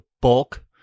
bulk